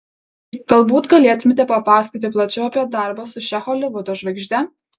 galbūt galėtumėte papasakoti plačiau apie darbą su šia holivudo žvaigžde